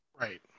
Right